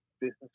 business